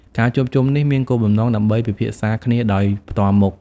ការជួបជុំនេះមានគោលបំណងដើម្បីពិភាក្សាគ្នាដោយផ្ទាល់មុខ។